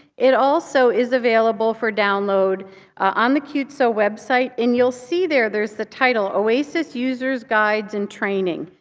it also is available for download on the qtso website. and you'll see there, there's the title oasis user's guides and training.